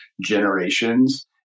generations